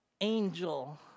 angel